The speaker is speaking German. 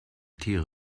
tiere